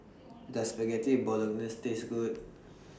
Does Spaghetti Bolognese Taste Good